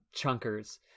chunkers